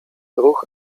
ruch